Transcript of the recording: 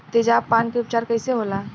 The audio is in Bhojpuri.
तेजाब पान के उपचार कईसे होला?